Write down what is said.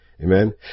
Amen